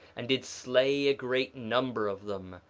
and did slay a great number of them,